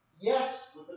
Yes